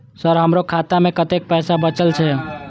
Sir हमरो खाता में कतेक पैसा बचल छे?